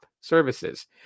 Services